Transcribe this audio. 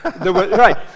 Right